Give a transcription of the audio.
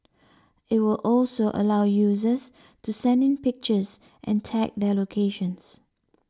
it would also allow users to send in pictures and tag their locations